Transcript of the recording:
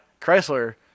Chrysler